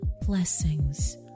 blessings